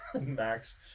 max